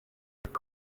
ngo